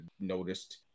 noticed